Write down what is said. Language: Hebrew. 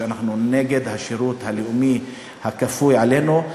שאנחנו נגד השירות הלאומי הכפוי עלינו,